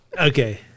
Okay